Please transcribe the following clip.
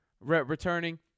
returning